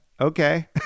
okay